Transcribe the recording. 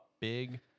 big